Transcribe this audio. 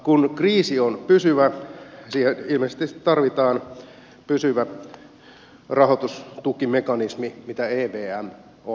kun kriisi on pysyvä siihen ilmeisesti sitten tarvitaan pysyvä rahoitustukimekanismi mitä evm on